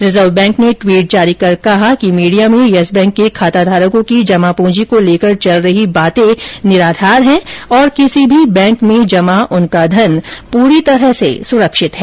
reserve bank ने tweet जारी कर कहा कि मीडिया में यस बैंक के खाताधारकों की जमा पूंजी को लेकर चल रही बाते निराधार है और किसी भी बैंक में जमा उनका धन पूरी तरह सुरक्षित है